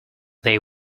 they